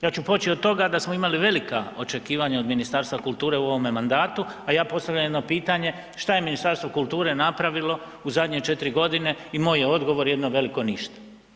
Ja ću poći od toga da smo imali velika očekivanja od Ministarstva kulture u ovome mandatu, a ja postavljam jedno pitanje, šta je Ministarstvo kulture napravilo u zadnje četiri godine i moj je odgovor, jedno veliko ništa.